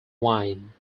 wine